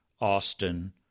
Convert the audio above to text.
Austin